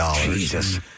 Jesus